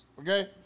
okay